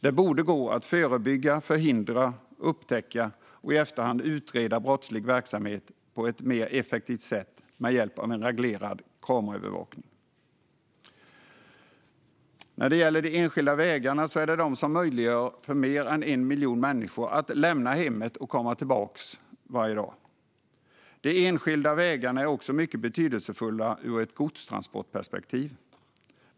Det borde gå att förebygga, förhindra, upptäcka och i efterhand utreda brottslig verksamhet på ett mer effektivt sätt med hjälp av en reglerad kameraövervakning. För mer än 1 miljon människor är det de enskilda vägarna som gör det möjligt att lämna hemmet och komma tillbaka varje dag. De enskilda vägarna är också mycket betydelsefulla ur ett godstransportperspektiv.